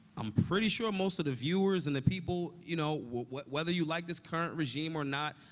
i'm pretty sure most of the viewers and the people, you know, whether you like this current regime or not,